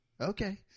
Okay